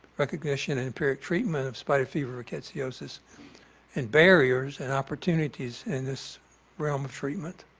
recognition and empiric treatment of spotted fever rickettsiosis and barriers and opportunities in this realm of treatment.